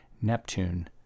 neptune